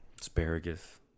asparagus